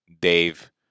Dave